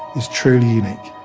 is truly unique.